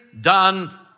done